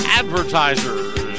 advertisers